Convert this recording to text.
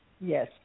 Yes